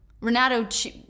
Renato